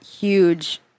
huge